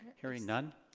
hearing none.